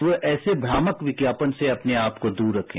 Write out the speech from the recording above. तो ऐसे भ्रामक विज्ञापन से अपने आपको दूर रखें